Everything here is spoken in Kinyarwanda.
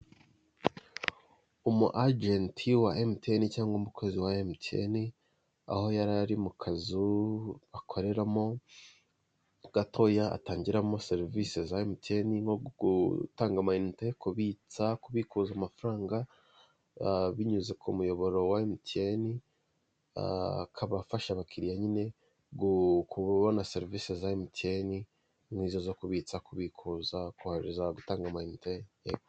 Umu ajenti wa emutiyene cyangwa umukozi wa emutiyene, aho yari ari mu kazu akoreramo gatoya atangiramo serivisi za emutiyene nko gutanga amayinite, kubitsa kubikuza amafaranga binyuze ku muyoboro emutiyene akaba, afasha abakiriya nyine kubona serivisi za emutiyene nk'izo zo kubitsa kubikuza kohereza gutanga amayinite.